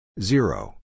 zero